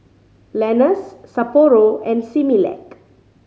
Lenas Sapporo and Similac